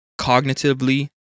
cognitively